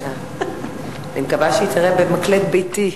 אני מקווה שהיא תראה במַקלֵט ביתי,